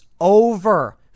over